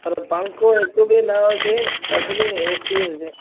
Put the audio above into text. पर पंखो हिकु बि न हुजे सभिनी में एसी हुजे